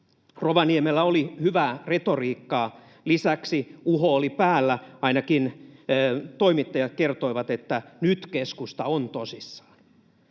Rovaniemellä oli hyvää retoriikkaa. Lisäksi uho oli päällä — ainakin toimittajat kertoivat, että nyt keskusta on tosissaan.